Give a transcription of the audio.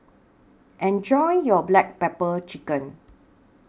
Enjoy your Black Pepper Chicken